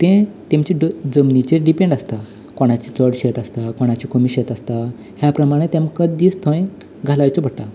तें तेमचें ड जमनिचेर डिपेंड आसतां कोणाचें चड शेंत आसतां कोणाचें कमी शेंत आसतां ह्या प्रमाणें तेंमकां दीस थंय घालायचो पडटा